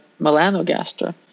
melanogaster